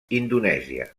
indonèsia